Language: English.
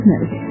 business